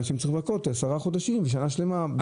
שהם צריכים לחכות עשרה חודשים או שנה שלמה.